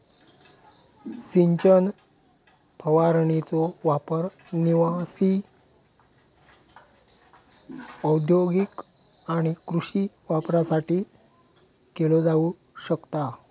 सिंचन फवारणीचो वापर निवासी, औद्योगिक आणि कृषी वापरासाठी केलो जाऊ शकता